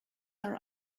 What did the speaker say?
are